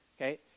okay